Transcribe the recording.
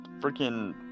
freaking